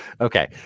Okay